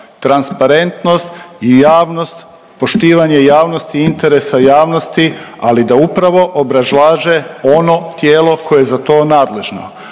transparentnost i javnost, poštivanje javnosti interesa javnosti ali da upravo obrazlaže ono tijelo koje ne za to nadležno,